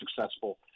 successful